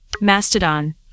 Mastodon